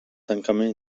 tancament